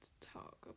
talk